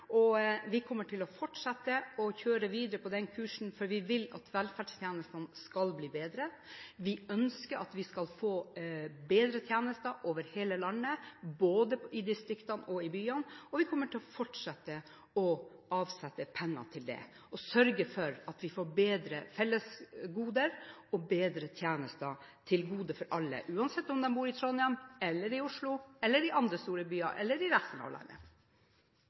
Trondheim. Vi kommer til å fortsette å kjøre videre på denne kursen, for vi vil at velferdstjenestene skal bli bedre. Vi ønsker at vi skal få bedre tjenester over hele landet, både i distriktene og i byene. Vi kommer til å fortsette å avsette penger til dette – sørge for at vi får bedre fellesgoder og bedre tjenester til beste for alle, uansett om de bor i Trondheim, i Oslo, i andre store byer eller i resten av landet.